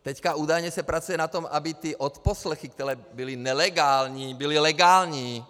Teďka údajně se pracuje na tom, aby ty odposlechy, které byly nelegální, byly legální.